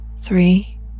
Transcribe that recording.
Three